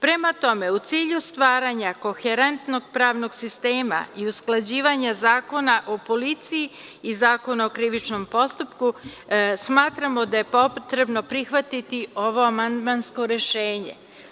Prema tome, u cilju stvaranja koherentnog pravnog sistema i usklađivanja Zakona o policiji i Zakona o krivičnom postupku, smatramo da je potrebno prihvatiti ovo amandmansko rešenje.